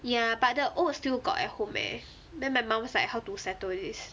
ya but the oats still got at home eh then my mum was like how to settle this